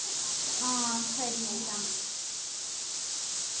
आं खरी भी तां